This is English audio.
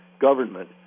government